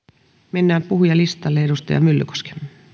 mennään puhujalistalle edustaja myllykoski